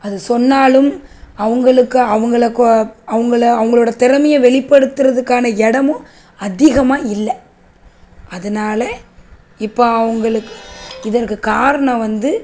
அது சொன்னாலும் அவங்களுக்கு அவங்கள அவங்கள அவங்களோட திறமையை வெளிப்படுத்துகிறதுக்கான இடமும் அதிகமாக இல்லை அதனால் இப்போ அவங்களுக்கு இதற்கு காரணம் வந்து